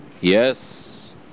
Yes